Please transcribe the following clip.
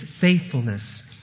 faithfulness